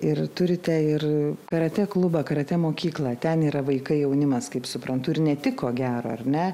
ir turite ir karatė klubą karatė mokyklą ten yra vaikai jaunimas kaip suprantu ir ne tik ko gero ar ne